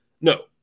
no